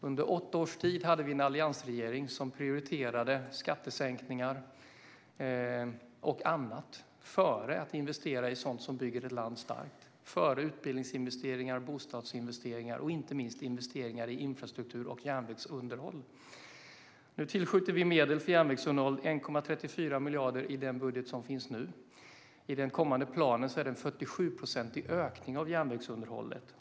Under åtta års tid hade vi en alliansregering som prioriterade skattesänkningar och annat före att investera i sådant som bygger ett land starkt, före utbildningsinvesteringar, bostadsinvesteringar och inte minst investeringar i infrastruktur och järnvägsunderhåll. Nu tillskjuter vi medel för järnvägsunderhåll - 1,34 miljarder i den budget som finns nu. I den kommande planen har vi en 47-procentig ökning av järnvägsunderhållet.